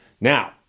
Now